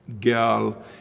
girl